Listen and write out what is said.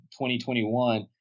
2021